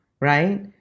right